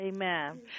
Amen